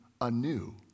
anew